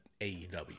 AEW